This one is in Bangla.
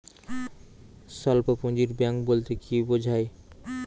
স্বল্প পুঁজির ব্যাঙ্ক বলতে কি বোঝায়?